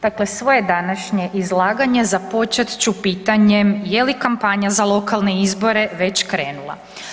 dakle svoje današnje izlaganje započet ću pitanje je li kampanja za lokalne izbore već krenula?